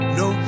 no